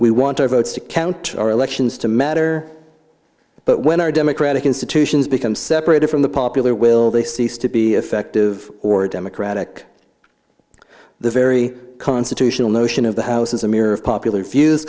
we want our votes to count our elections to matter but when our democratic institutions become separated from the popular will they cease to be effective or democratic the very constitutional notion of the house is a mirror of popular